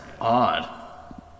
odd